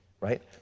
right